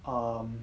um